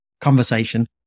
conversation